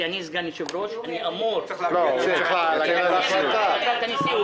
כי אני סגן יושב-ראש ואני אמור לייצג את החלטת הנשיאות.